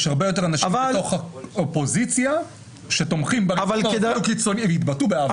יש הרבה יותר אנשים בתוך האופוזיציה שתומכים והתבטאו בעבר.